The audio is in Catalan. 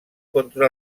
contra